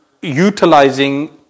utilizing